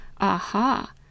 Aha